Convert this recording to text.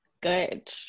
good